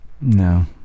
No